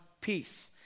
peace